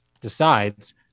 decides